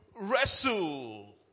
wrestle